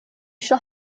shall